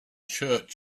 church